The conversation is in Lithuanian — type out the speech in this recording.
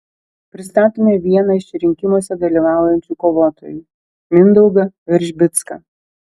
pristatome vieną iš rinkimuose dalyvaujančių kovotojų mindaugą veržbicką